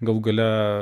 galų gale